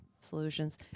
solutions